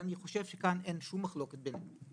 אני חושב שכאן אין שום מחלוקת בינינו.